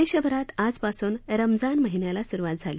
देशभरात आजपासून रमजान महिन्याला सुरुवात झाली